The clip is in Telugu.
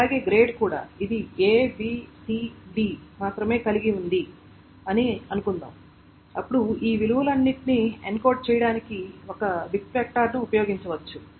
అలాగే గ్రేడ్ కూడా ఇది A B C D మాత్రమే కలిగి ఉంది అని అనుకుందాం అప్పుడు ఈ విలువలన్నింటినీ ఎన్కోడ్ చేయడానికి ఒక బిట్ వెక్టర్ను ఉపయోగించవచ్చు